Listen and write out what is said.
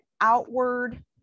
outward